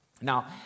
Now